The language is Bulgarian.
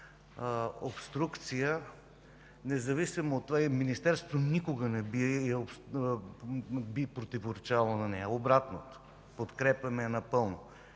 обструкция, независимо от това и Министерството никога не би противоречало на нея. Обратното, подкрепяме я напълно.